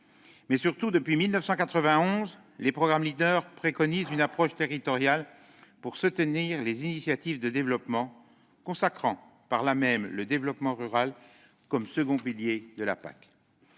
Surtout, depuis 1991, les programmes Leader préconisent une approche territoriale pour soutenir les initiatives de développement, consacrant, par là même, le développement rural comme second pilier de la PAC.